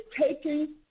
taking